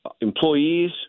employees